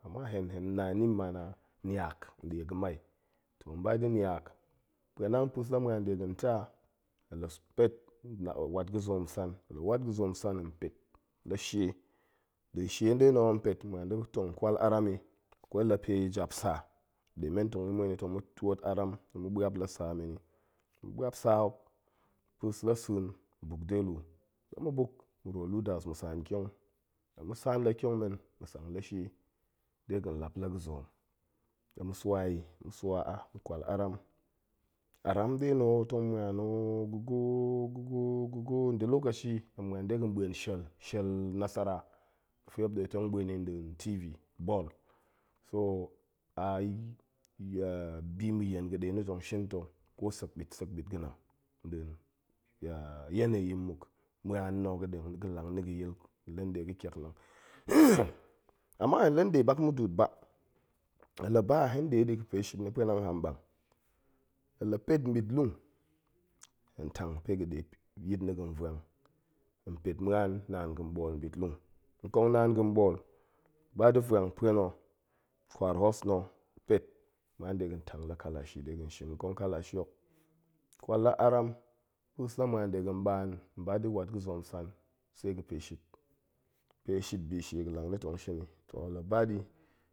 Hen na ni man a niak nɗie ga̱mai, tong ba ga̱ niak, pa̱anang pa̱es la ma̱an de ga̱n ta, hen la pet s, wat ga̱zoom nsan, hen la wat ga̱zoom nsan hen pet la shie, nɗin shie nɗe na̱ ho hen pet ma̱an da̱ tong kwal aram i, akwai la pe jap sa ɗemen tong ma̱ ma̱en i tong ma̱ twoot aram tong ɓa̱ap la sa men i, ma̱ sa hok, pa̱es la sa̱a̱n ma̱ buk de luu, la ma̱ buk, ma̱ rwoo luu daas ma̱ saan ƙiong, la ma̱ saan la ƙiong men ma̱ sang la shie de ga̱n lap la ga̱ zoom ɗe ma̱ swa i, ma̱ swa a, ma̱ kwal aram, aram nɗe na̱ ho tong ma̱an i ga̱ gwoo, ga̱ gwoo, ga̱ gwoo, nda̱ lokashi ma̱ ma̱en de ga̱n ɓa̱en shel, shel nasara ga̱fe muop ɗe tong ɓuen i nɗin tv, ball, so a bi ma̱ yen ga̱ ɗe na̱ tong shin ta̱ ko sek ɓit, sek ɓit ga̱nang nɗin, yeneyi muk ma̱an na̱ ga̱nena̱, ga̱lang na̱ ga̱ yil hen la nɗe ga̱ ƙiaklang ama hen la nɗe mak muduut ba, hen la ba hen ɗe ɗi ga̱pe shit na̱ pa̱anang haamɓang, hen la pet nɓitlung hen tang pe ga̱ ɗe yit na̱ ga̱n va̱ang, hen pet ma̱an naan ga̱n ɓool nɓitlung, nkong naan ga̱n ɓool, ba da̱ va̱ang pue na̱, kwar hoos na̱, pet ma̱an da̱ ga̱n tang la kalashi de nshin ho, ƙong kalashi hok, kwal la aram, pa̱es la ma̱an de ga̱n ɓaan, hen ba da̱ wat ga̱zoom nsan, se ga̱pe shit, ga̱pe shit bishie ga̱ lang na̱ tong shin i, to hen la ba ɗi